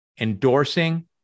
endorsing